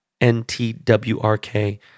NTWRK